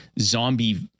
zombie